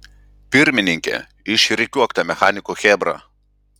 pirmininke išrikiuok tą mechaniko chebrą